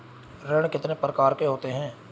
ऋण कितने प्रकार के होते हैं?